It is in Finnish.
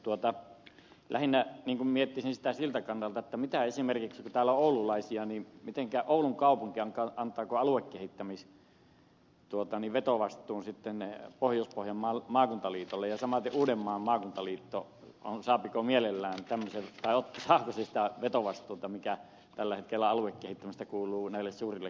mutta lähinnä miettisin sitä siltä kannalta että kun täällä on oululaisia niin mitenkä on esimerkiksi antaako oulun kaupunki aluekehittämisvetovastuun sitten pohjois pohjanmaan maakuntaliitolle ja samaten saako uudenmaan maakuntaliitto on sarka mielellään tammisen trooppista sitä vetovastuuta mikä tällä hetkellä aluekehittämisestä kuuluu näille suurille kaupungeille